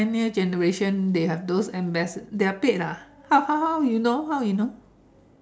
pioneer generation they have those ambassa~ they are paid ah how how how you know how you know